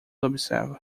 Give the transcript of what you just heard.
observa